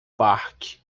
parque